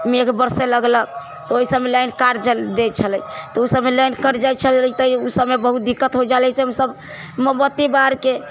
मेघ बरसे लगलक तऽ ओहि समय लाइन काटि दै छलै तऽ उ समय लाइट कटि जाइ छलै तऽ उ समय बहुत दिक्क्त होइ जालै हमसब मोमबत्ती बारके